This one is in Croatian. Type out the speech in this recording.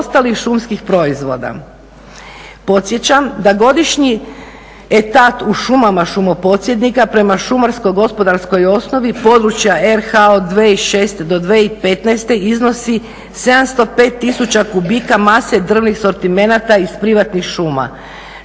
ili ostalih šumskih proizvoda? Podsjećam da godišnji etat u šumama šumoposjednika prema šumarsko gospodarskoj osnovi područja RH od 2006. do 2015. iznosi 705 tisuća kubika mase drvnih sortimenata iz privatnih šuma